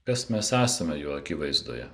kas mes esame jų akivaizdoje